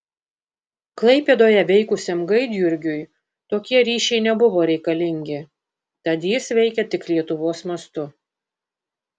klaipėdoje veikusiam gaidjurgiui tokie ryšiai nebuvo reikalingi tad jis veikė tik lietuvos mastu